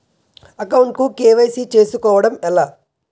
Account కు KYC చేసుకోవడం ఎలా?